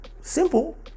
Simple